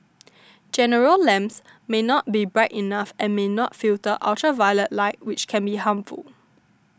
general lamps may not be bright enough and may not filter ultraviolet light which can be harmful